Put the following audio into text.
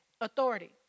authority